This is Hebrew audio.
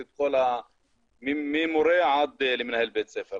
את כל התהליך ממורה עד למנהל בית ספר.